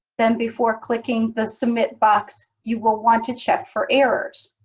then, before clicking the submit box, you will want to check for errors.